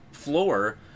floor